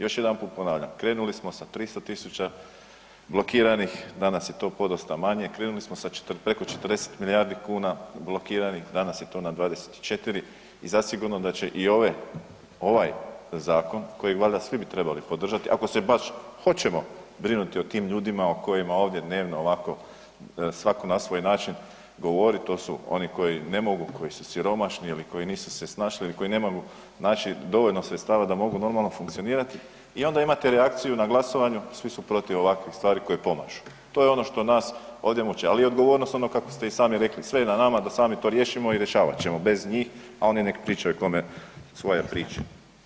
Još jedan ponavljam, krenuli smo sa 300 000 blokiranih, danas je to podosta manje, krenuli smo sa preko 40 milijardi kuna blokiranih, danas je to na 24 i zasigurno da će i ovaj zakon koji valjda svi bi trebali podržati, ako se baš hoćemo brinuti o tim ljudima o kojima ovdje dnevno ovako svako na svoj način govori, to su oni koji ne mogu, koji su siromašni ili koji se nisu se snašli ili koji ne mogu naći dovoljno sredstava da mogu normalno funkcionirati i onda imate reakciju na glasovanju, svi su protiv ovakvih stvari koje pomažu, to je ono što nas ovdje muči, ali i odgovornost onog kako ste i sami rekli, sve je na nama da sami to riješimo i rješavat ćemo bez njih a oni nek pričaju kome svoje priče.